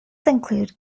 include